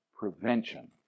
prevention